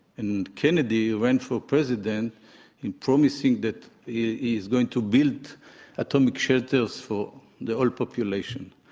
and kennedy ran for president promising that he is going to build atomic shelters for the whole population.